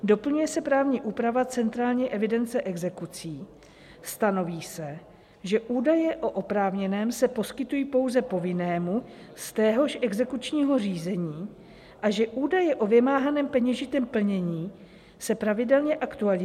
Doplňuje se právní úprava centrální evidence exekucí, stanoví se, že údaje o oprávněném se poskytují pouze povinnému z téhož exekučního řízení a že údaje o vymáhaném peněžitém plnění se pravidelně aktualizují.